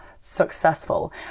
successful